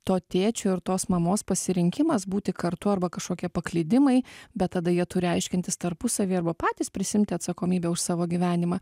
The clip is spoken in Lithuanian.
to tėčio ir tos mamos pasirinkimas būti kartu arba kažkokie paklydimai bet tada jie turi aiškintis tarpusavyje arba patys prisiimti atsakomybę už savo gyvenimą